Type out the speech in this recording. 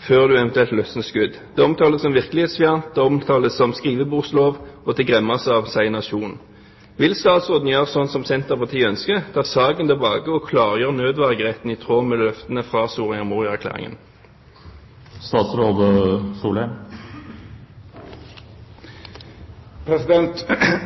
før man eventuelt løsner skudd. Det omtales som virkelighetsfjernt, det omtales som skrivebordslov, og en hel nasjon gremmes. Vil statsråden gjøre slik Senterpartiet ønsker: ta saken tilbake og klargjøre nødvergeretten i tråd med løftene fra Soria Moria-erklæringen?